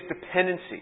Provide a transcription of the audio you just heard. dependency